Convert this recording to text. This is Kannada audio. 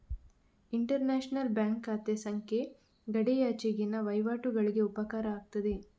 ಇಂಟರ್ ನ್ಯಾಷನಲ್ ಬ್ಯಾಂಕ್ ಖಾತೆ ಸಂಖ್ಯೆ ಗಡಿಯಾಚೆಗಿನ ವಹಿವಾಟುಗಳಿಗೆ ಉಪಕಾರ ಆಗ್ತದೆ